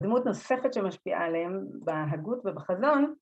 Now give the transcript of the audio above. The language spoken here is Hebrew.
דמות נוספת שמשפיעה עליהם בהגות ובחזון